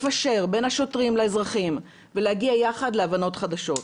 לפשר בין השוטרים לאזרחים ולהגיע יחד להבנות חדשות.